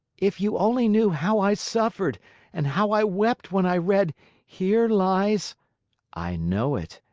if you only knew how i suffered and how i wept when i read here lies i know it,